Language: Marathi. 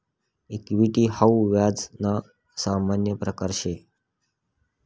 इक्विटी हाऊ व्याज ना सामान्य प्रकारसे